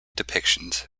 depictions